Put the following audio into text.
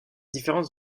différence